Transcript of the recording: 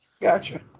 Gotcha